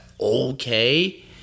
Okay